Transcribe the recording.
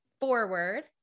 forward